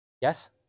Yes